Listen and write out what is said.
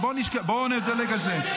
בואו נדלג על זה.